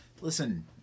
Listen